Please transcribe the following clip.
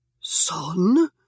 Son